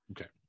Okay